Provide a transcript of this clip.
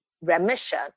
remission